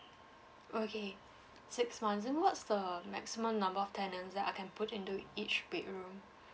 okay six months then what's the maximum number of tenants that I can put into each bedroom